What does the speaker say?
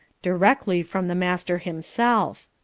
directly from the master himself.